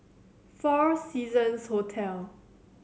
Four Seasons Hotel